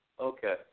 Okay